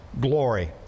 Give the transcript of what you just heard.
glory